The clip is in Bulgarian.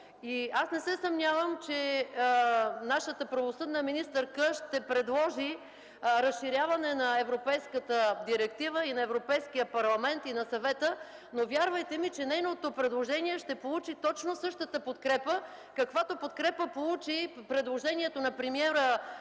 Аз не се съмнявам, че нашата правосъдна министърка ще предложи разширяване на Европейската директива и на Европейския парламент, и на Съвета, но, вярвайте ми, че нейното предложение ще получи точно същата подкрепа, каквато подкрепа получи предложението на премиера Борисов